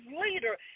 leader